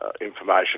information